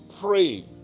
pray